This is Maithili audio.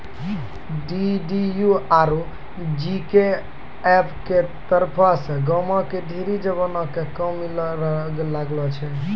डी.डी.यू आरु जी.के.वाए के तरफो से गांव के ढेरी जवानो क काम मिलै लागलो छै